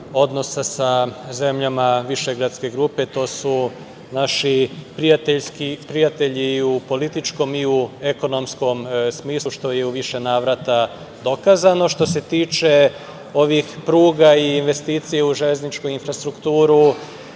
odnosa sa zemljama Višegradske grupe, to su naši prijateljski prijatelji u političkom i u ekonomskom smislu što je u više navrata dokazano. Što se tiče ovih pruga i investicija u železničkoj infrastrukturi,